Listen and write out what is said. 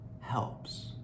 helps